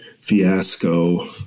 fiasco